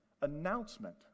announcement